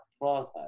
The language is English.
process